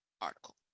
article